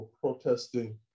protesting